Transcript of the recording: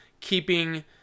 keeping